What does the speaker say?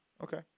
okay